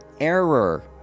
error